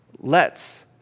lets